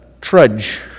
trudge